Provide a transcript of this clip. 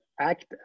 act